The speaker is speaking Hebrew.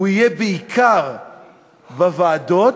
הוא יהיה בעיקר בוועדות,